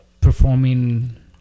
performing